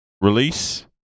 release